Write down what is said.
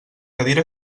cadira